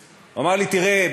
הוא אמר לי: תראה,